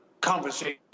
conversation